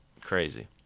crazy